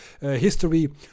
history